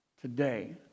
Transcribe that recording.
today